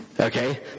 okay